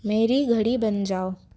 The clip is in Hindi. मेरी घड़ी बन जाओ